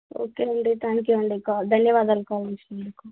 okay అండి thank you అండి call ధన్యవాదాలు కాల్ చేసినందుకు